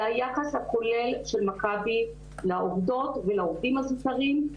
זה היחס הכולל של מכבי לעובדות ולעובדים הזוטרים.